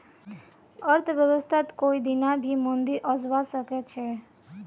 अर्थव्यवस्थात कोई दीना भी मंदी ओसवा सके छे